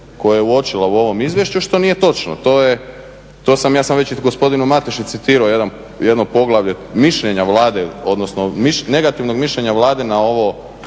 koje je uočila u ovom izvješću, što nije točno, to je, to sam, ja sam već i gospodinu Mateši citirao jedno poglavlje mišljenja Vlade, odnosno negativnog mišljenja Vlade na ovo